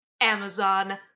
Amazon